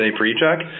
pre-check